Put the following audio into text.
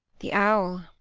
the owl.